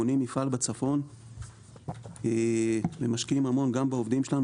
בונים מפעל בצפון ומשקיעים המון גם בעובדים שלנו